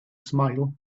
smile